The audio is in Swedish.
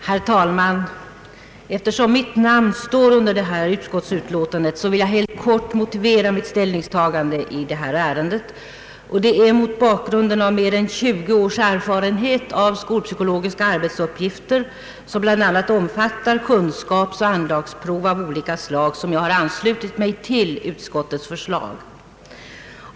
Herr talman! Eftersom mitt namn står under detta utskottsutlåtande vill jag helt kort motivera mitt ställningstagande i detta ärende. Det är mot bakgrunden av mer än 20 års erfarenhet av skolpsykologiska arbetsuppgifter, omfattande bl.a. kunskapsoch anlagsprov av olika slag, som jag har anslutit mig till utskottets förslag.